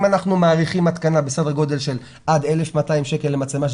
אם אנחנו מעריכים התקנה בסדר גודל של עד 1,200 שקלים למצלמה,